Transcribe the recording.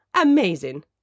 amazing